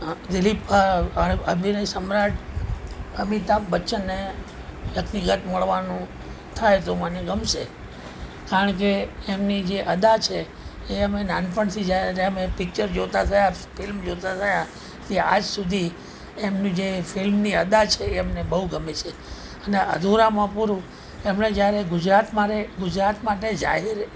દિલીપ અભિનય સમ્રાટ અમિતાભ બચ્ચનને વ્યક્તિગત મળવાનું થાય તો મને ગમશે કારણકે એમની જે અદા છે એ અમે નાનપણથી જ્યારે અમે પીકચર જોતા થયા ફિલ્મ જોતા થયા તે આજ સુધી એમની જે ફિલ્મની અદા છે એ અમને બહુ ગમે છે અને અધૂરામાં પૂરું એમણે જ્યારે ગુજરાત મારે ગુજરાત માટે જાહેર